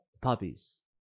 puppies